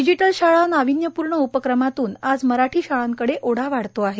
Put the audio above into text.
digital शाळा नावीन्यपूर्ण उपक्रमातून आज मराठी शाळांकडे ओढा वाढतो आहे